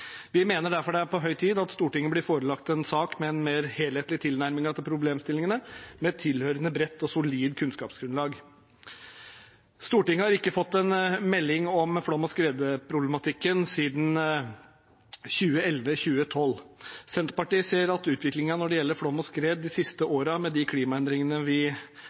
Vi mener derfor det er på høy tid at Stortinget blir forelagt en sak med en mer helhetlig tilnærming til problemstillingene, med tilhørende bredt og solid kunnskapsgrunnlag. Stortinget har ikke fått en melding om flom- og skredproblematikken siden 2011–2012. Senterpartiet ser at utviklingen når det gjelder flom og skred de siste årene, med de klimaendringene vi